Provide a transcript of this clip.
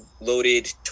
Loaded